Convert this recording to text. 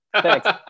Thanks